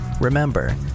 remember